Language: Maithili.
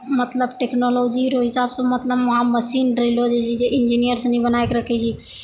मतलब टेक्नोलोजी हिसाब सऽ मतलब वहाँ मशीन देले रहै छै जे इंजीनीयर सऽ भी बनाइ कऽ रखै छै